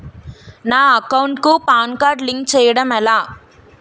నా అకౌంట్ కు PAN card link చేయడం ఎలా?